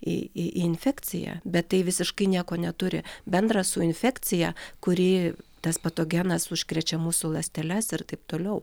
į į infekciją bet tai visiškai nieko neturi bendra su infekcija kurį tas patogenas užkrečia mūsų ląsteles ir taip toliau